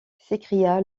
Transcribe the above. s’écria